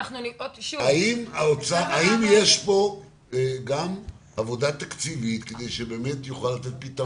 האם יש פה גם עבודה תקציבית שתוכל לתת פתרון?